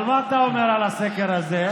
אבל מה אתה אומר על הסקר הזה,